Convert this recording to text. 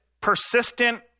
persistent